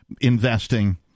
investing